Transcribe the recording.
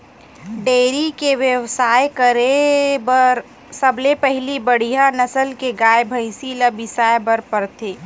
dairy के बेवसाय करे बर सबले पहिली बड़िहा नसल के गाय, भइसी ल बिसाए बर परथे